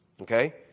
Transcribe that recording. Okay